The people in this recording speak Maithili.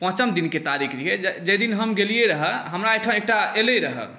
पाँचम दिनके तारीख रहिए जाहि दिन हम गेलिए रहै हमरा अहिठाम एकटा अएलै रहै